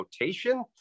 rotation